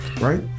right